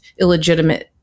illegitimate